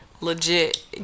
legit